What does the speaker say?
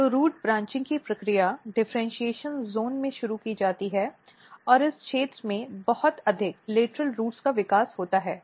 तो root branching की प्रक्रिया डिफ़र्इन्शीएशन जोन में शुरू की जाती है और इस क्षेत्र में बहुत अधिक लेटरल रूट्स का विकास होता है